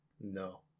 No